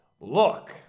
Look